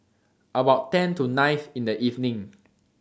about ten to nine in The evening